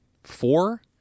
four